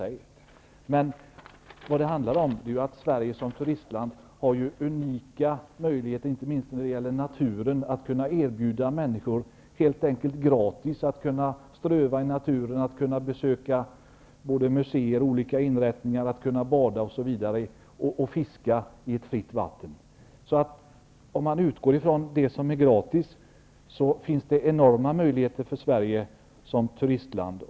Vad det emellertid handlar om är att Sverige som turistland har unika möjligheter, inte minst när det gäller naturen, att kunna erbjuda människor att gratis kunna ströva i naturen, att kunna besöka muséer och andra inrättningar, att bada och fiska i ett fritt vatten, osv. Om man utgår ifrån det som är gratis, finnr man enorma möjligheter för Sverige som turistland.